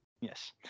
yes